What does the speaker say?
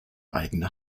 eigene